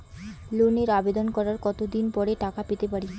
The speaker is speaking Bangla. লোনের আবেদন করার কত দিন পরে টাকা পেতে পারি?